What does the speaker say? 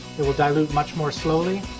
it will dilute much more slowly,